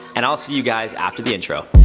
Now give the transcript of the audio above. and i'll see you guys after the intro.